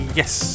yes